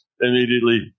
immediately